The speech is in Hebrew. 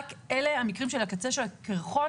רק אלה המקרים של קצה הקרחון,